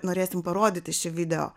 norėsim parodyti šį video